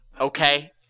Okay